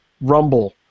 Rumble